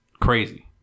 crazy